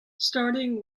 starting